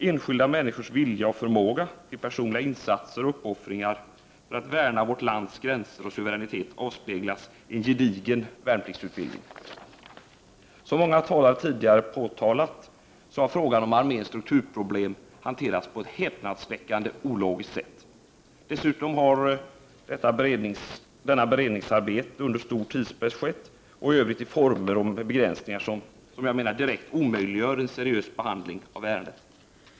Enskilda människors vilja och förmåga till personliga insatser och uppoffringar för att värna vårt lands gränser och suveränitet avspeglas i en gedigen värnpliktsutbildning. Som många talare tidigare har påtalat har frågan om arméns strukturproblem hanterats på ett häpnadsväckande ologiskt sätt. Dessutom har detta beredningsarbete skett under stor tidspress och i övrigt i former och med begränsningar som direkt omöjliggör en seriös behandling av ärendet.